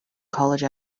college